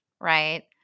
right